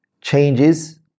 changes